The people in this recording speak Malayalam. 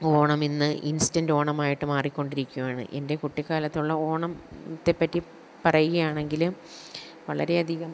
ഓണം ഇന്ന് ഇൻസ്റ്റന്റ് ഓണമായിട്ട് മാറിക്കൊണ്ടിരിക്കുകയാണ് എൻ്റെ കുട്ടിക്കാലത്തുള്ള ഓണത്തെപ്പറ്റി പറയുകയാണെങ്കില് വളരെയധികം